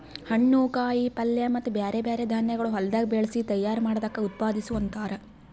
ಹಣ್ಣು, ಕಾಯಿ ಪಲ್ಯ ಮತ್ತ ಬ್ಯಾರೆ ಬ್ಯಾರೆ ಧಾನ್ಯಗೊಳ್ ಹೊಲದಾಗ್ ಬೆಳಸಿ ತೈಯಾರ್ ಮಾಡ್ದಕ್ ಉತ್ಪಾದಿಸು ಅಂತಾರ್